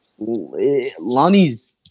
Lonnie's –